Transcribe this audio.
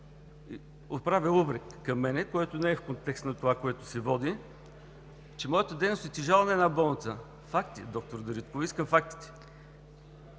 отправя упрек към мен, което не е в контекста на това, което се води – че моята дейност е тежала на една болница. Факти, доктор Дариткова? Искам фактите